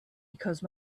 because